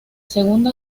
segunda